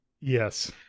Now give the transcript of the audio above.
yes